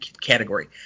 category